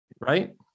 Right